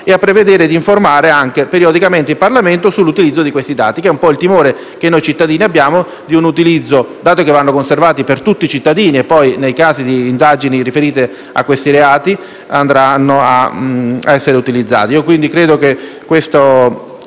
e a prevedere di informare anche periodicamente il Parlamento sull'utilizzo di questi dati, previsione che risponde al timore che noi cittadini abbiamo circa l'utilizzo di certi dati, perché essi devono essere conservati per tutti i cittadini e poi, nei casi di indagini riferite a questi reati, andranno a essere utilizzati.